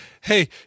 hey